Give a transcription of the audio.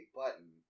button